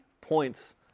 points